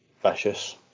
vicious